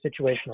situational